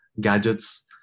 gadgets